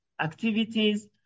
Activities